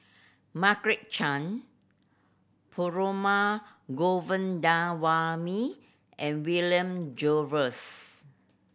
Margaret Chan Perumal Govindaswamy and William Jervois